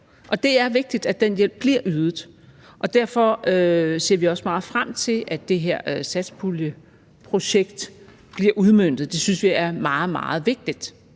det er vigtigt, at den hjælp bliver ydet, og derfor ser vi også meget frem til, at det her satspuljeprojekt bliver udmøntet. Det synes vi er meget, meget vigtigt.